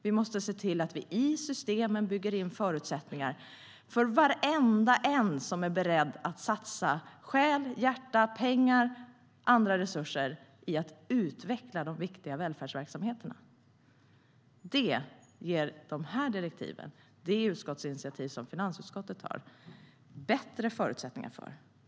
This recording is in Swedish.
Vi måste se till att vi i systemen bygger in förutsättningar för varenda en som är beredd att satsa själ, hjärta, pengar och andra resurser på att utveckla de viktiga välfärdsverksamheterna. De här direktiven och det utskottsinitiativ som finansutskottet tar ger bättre förutsättningar för detta.